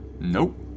Nope